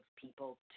people